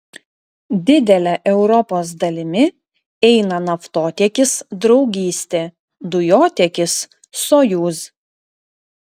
didele europos dalimi eina naftotiekis draugystė dujotiekis sojuz